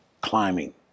climbing